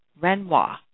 Renoir